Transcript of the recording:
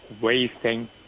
wasting